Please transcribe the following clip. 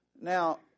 now